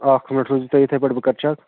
اَکھ مِنٛٹ روٗزیوٗ تُہۍ یِتھَے پٲٹھۍ بہٕ کَرٕ چک